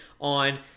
on